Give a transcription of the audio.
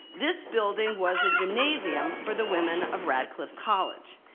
this building was a gymnasium for the women of radcliffe college.